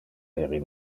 heri